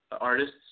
artists